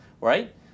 right